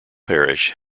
parish